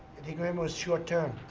the agreement was short term.